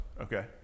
Okay